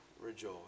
rejoice